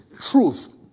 truth